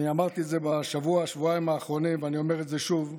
אמרתי את זה בשבוע-שבועיים האחרונים ואני אומר את זה שוב: